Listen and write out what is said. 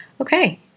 okay